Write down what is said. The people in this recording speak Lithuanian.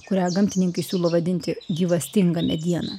kurią gamtininkai siūlo vadinti gyvastinga mediena